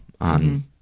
on